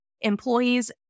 employees